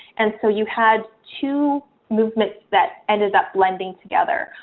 and so you had two movements that ended up blending together,